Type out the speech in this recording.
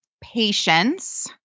patience